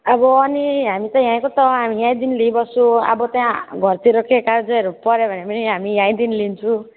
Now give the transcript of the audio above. अब अनि हामी त यहाँको त हो यहीँदेखिन् लिइबस्छु अब त घरतिर के कार्जेहरू पर्यो भने पनि हामी यहीँदेखिन् लिन्छु